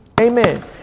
Amen